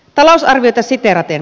talousarviota siteeraten